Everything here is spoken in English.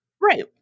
Right